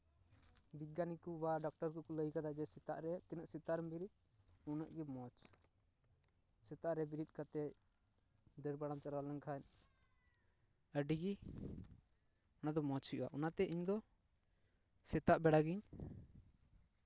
ᱵᱤᱜᱽᱜᱟᱱᱤ ᱠᱚ ᱵᱟ ᱰᱚᱠᱴᱚᱨ ᱠᱚᱠᱚ ᱞᱟᱹᱭ ᱠᱟᱫᱟ ᱡᱮ ᱥᱮᱛᱟᱜ ᱨᱮ ᱛᱤᱱᱟᱹᱜ ᱥᱮᱛᱟᱜ ᱨᱮᱢ ᱵᱮᱨᱮᱫ ᱩᱱᱟᱹᱜ ᱜᱮ ᱢᱚᱡᱽ ᱥᱮᱛᱟᱜ ᱨᱮ ᱵᱮᱨᱮᱫ ᱠᱟᱛᱮᱜ ᱫᱟᱹᱲ ᱵᱟᱲᱟᱢ ᱪᱟᱞᱟᱣ ᱞᱮᱱᱠᱷᱟᱱ ᱟᱹᱰᱤᱜᱮ ᱚᱱᱟ ᱫᱚ ᱢᱚᱡᱽ ᱦᱩᱭᱩᱜᱼᱟ ᱚᱱᱟᱛᱮ ᱤᱧ ᱫᱚ ᱥᱮᱛᱟᱜ ᱵᱮᱲᱟ ᱜᱮ